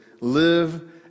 Live